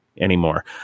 anymore